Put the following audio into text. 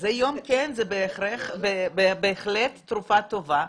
מרכזי היום זה בהחלט תרופה טובה,